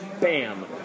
Bam